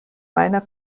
meiner